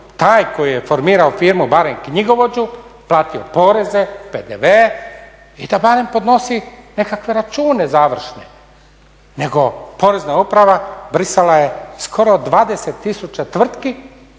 taj koji je formirao firmu barem knjigovođu, platio poreze, PDV i da barem podnosi nekakve završne račune, nego Porezna uprava brisala je skoro 20 tisuća tvrtki